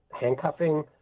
Handcuffing